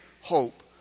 hope